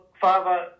Father